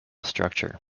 structure